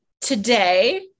today